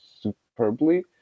superbly